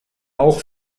auch